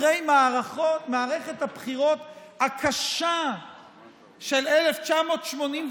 אחרי מערכת הבחירות הקשה של 1984,